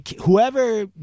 Whoever